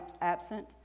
absent